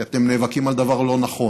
כי אתם נאבקים על דבר לא נכון,